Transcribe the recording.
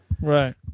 Right